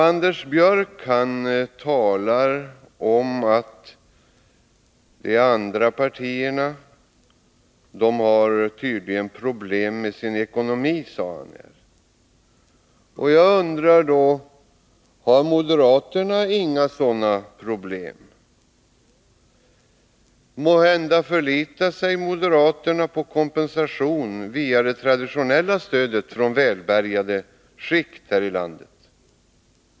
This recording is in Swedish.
Anders Björck sade att de andra partierna tydligen har problem med sin ekonomi. Har inte moderaterna samma problem? Måhända förlitar sig moderaterna till kompensation via det traditionella stödet från välbärgade skikt i landet.